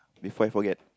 before I forget